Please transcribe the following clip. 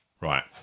right